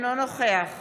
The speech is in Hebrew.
אינו נוכח